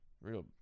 real